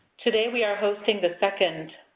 today we are hosting the second